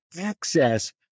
access